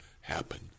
happen